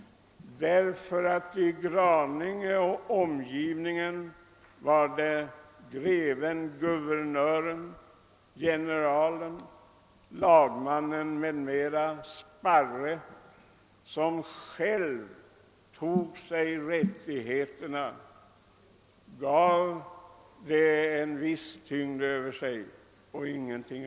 I Graninge med omgivning var det nämligen greven, guvernören, generalen, lagmannen m.m. Sparre, som själv tog sig sådana rättigheter.